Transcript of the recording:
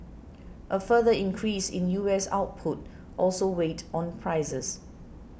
a further increase in U S output also weighed on prices